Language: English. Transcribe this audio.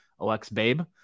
OXBABE